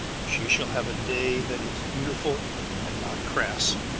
she shall have a day that is beautiful and not crass,